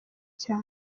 cyane